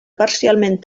parcialment